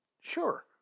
sure